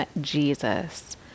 Jesus